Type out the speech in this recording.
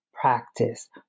practice